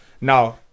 Now